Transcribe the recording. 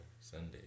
Sunday